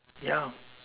ya